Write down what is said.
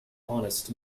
honest